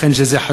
שאכן זה חשוב,